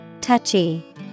Touchy